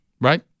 right